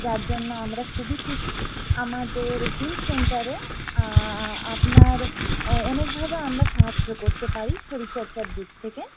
যার জন্য আমরা খুবই খুশি আমাদের জিম সেন্টারে আপনার অনেকভাবে আমরা সাহায্য করতে পারি শরীরচর্চার দিক থেকে